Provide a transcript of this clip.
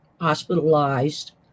hospitalized